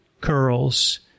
curls